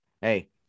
Hey